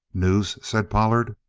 news? said pollard.